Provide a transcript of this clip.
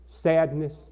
sadness